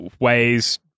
ways